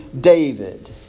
David